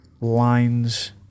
lines